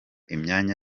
imyanya